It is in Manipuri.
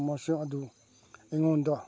ꯃꯁꯤꯡ ꯑꯗꯨ ꯑꯩꯉꯣꯟꯗ